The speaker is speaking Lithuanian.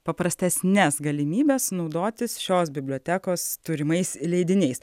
paprastesnes galimybes naudotis šios bibliotekos turimais leidiniais